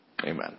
Amen